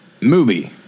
Movie